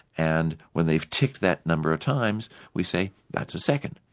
and when they've ticked that number of times we say that's a second.